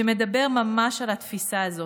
שמדבר ממש על התפיסה הזאת.